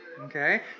Okay